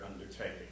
undertaking